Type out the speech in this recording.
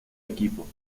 equipo